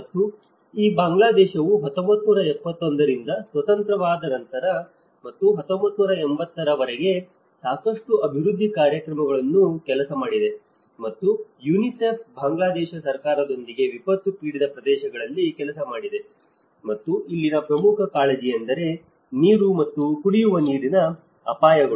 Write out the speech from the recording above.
ಮತ್ತು ಈ ಬಾಂಗ್ಲಾದೇಶವು 1971 ರಿಂದ ಸ್ವತಂತ್ರವಾದ ನಂತರ ಮತ್ತು 1980 ರ ವರೆಗೆ ಸಾಕಷ್ಟು ಅಭಿವೃದ್ಧಿ ಕಾರ್ಯಕ್ರಮಗಳನ್ನು ಕೆಲಸ ಮಾಡಿದೆ ಮತ್ತು UNICEF ಬಾಂಗ್ಲಾದೇಶ ಸರ್ಕಾರದದೊಂದಿಗೆ ವಿಪತ್ತು ಪೀಡಿತ ಪ್ರದೇಶಗಳಲ್ಲಿ ಕೆಲಸ ಮಾಡಿದೆ ಮತ್ತು ಇಲ್ಲಿನ ಪ್ರಮುಖ ಕಾಳಜಿಯೆಂದರೆ ನೀರು ಮತ್ತು ಕುಡಿಯುವ ನೀರಿನ ಅಪಾಯಗಳು